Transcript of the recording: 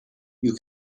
you